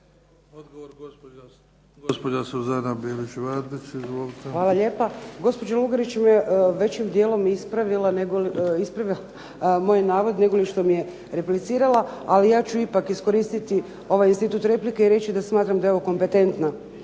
**Bilić Vardić, Suzana (HDZ)** Hvala lijepo. Gospođa Lugarić većim dijelom je ispravila moj navod, nego što mi je replicirala. Ali ja ću ipak iskoristiti ovaj institut replike i reći da smatram da je ovo kompetentna